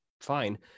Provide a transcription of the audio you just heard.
fine